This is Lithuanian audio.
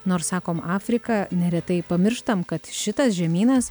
nors sakom afrika neretai pamirštam kad šitas žemynas